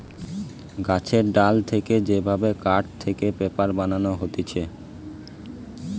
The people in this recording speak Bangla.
গাছের ডাল থেকে যে ভাবে কাঠ থেকে পেপার বানানো হতিছে